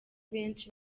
benshi